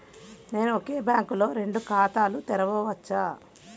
నేను ఒకే బ్యాంకులో రెండు ఖాతాలు తెరవవచ్చా?